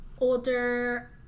older